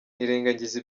nirengagiza